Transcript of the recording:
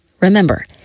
Remember